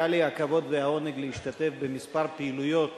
היה לי הכבוד והעונג להשתתף בכמה פעילויות